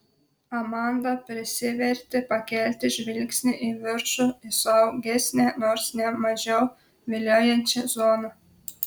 amanda prisivertė pakelti žvilgsnį į viršų į saugesnę nors ne mažiau viliojančią zoną